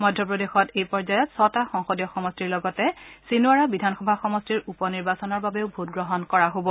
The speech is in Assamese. মধ্য প্ৰদেশত এই পৰ্যায়ত ছটা সংসদীয় সমষ্টিৰ লগতে ছিনোৱাৰা বিধানসভা সমষ্টিৰ উপ নিৰ্বাচনৰ বাবেও ভোটগ্ৰহণ কৰা হ'ব